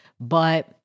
but-